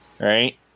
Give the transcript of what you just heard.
right